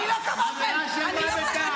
שטויות, עבירה של מה בכך.